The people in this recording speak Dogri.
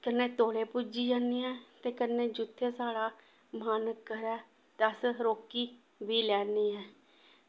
कन्नै तोलै पुज्जी जन्ने आं ते कन्नै जित्थै साढ़ा मन करै ते अस रोकी बी लैन्ने आं